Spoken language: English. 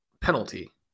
penalty